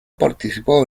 participado